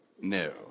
no